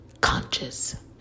conscious